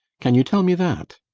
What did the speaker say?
can you tell me that?